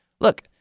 Look